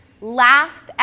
last